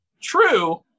true